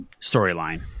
storyline